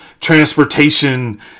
transportation